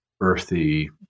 earthy